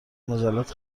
مجلات